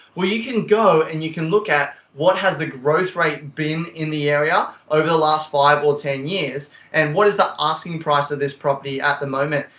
well you can go and you can look at what has the growth rate been in the area over the last five or ten years and what is the asking price for this property at the moment.